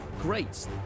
great